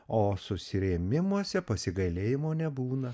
o susirėmimuose pasigailėjimo nebūna